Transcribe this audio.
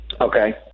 okay